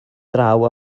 draw